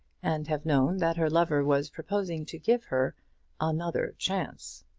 and have known that her lover was proposing to give her another chance?